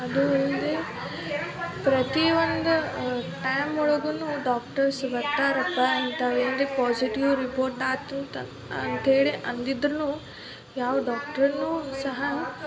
ಅದೂ ಅಲ್ಲದೆ ಪ್ರತಿ ಒಂದು ಟೈಮೊಳಗೂ ಡಾಕ್ಟರ್ಸ್ ಬರ್ತಾರಪ್ಪ ಅಂತ ಏನು ರೀ ಪಾಝಿಟಿವ್ ರಿಪೋರ್ಟ್ ಆತುತ ಅಂತ್ಹೇಳಿ ಅಂದಿದ್ರೂ ಯಾವ ಡಾಕ್ಟ್ರೂ ಸಹ